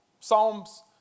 Psalms